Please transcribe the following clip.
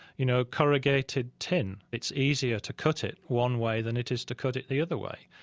you know, corrugated tin, it's easier to cut it one way than it is to cut it the other way.